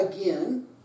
again